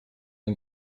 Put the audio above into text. ein